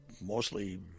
mostly